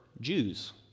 Jews